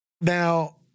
Now